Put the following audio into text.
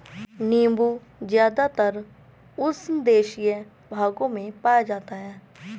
नीबू ज़्यादातर उष्णदेशीय भागों में पाया जाता है